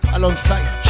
Alongside